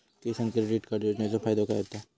किसान credit card योजनेचो फायदो काय होता?